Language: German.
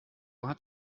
hat